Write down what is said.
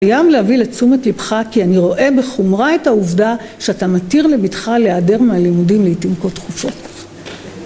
קיים להביא לתשומת ליבך, כי אני רואה בחומרה את העובדה שאתה מתיר לבתך להיעדר מהלימודים לעתים כה תכופות